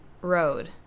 Road